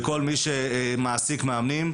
וכל מי שמעסיק מאמנים,